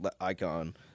icon